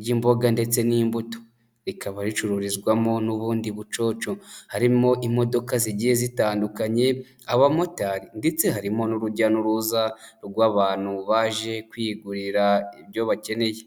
ry'imboga ndetse n'imbuto rikaba ricururizwamo n'ubundi bucucu, harimo imodoka zigiye zitandukanye abamotari ndetse harimo n'urujya n'uruza rw'abantu baje kwigurira ibyo bakeneye.